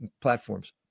platforms